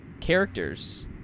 characters